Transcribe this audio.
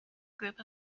group